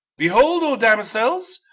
behold, o damosels,